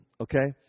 Okay